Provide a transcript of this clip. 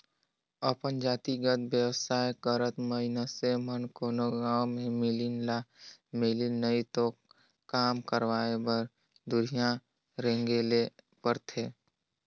अपन जातिगत बेवसाय करत मइनसे मन कोनो गाँव में मिलिन ता मिलिन नई तो काम करवाय बर दुरिहां रेंगें ले परथे